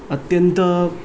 अत्यंत